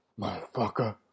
motherfucker